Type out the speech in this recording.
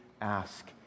ask